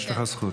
יש לך זכות.